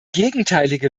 gegenteilige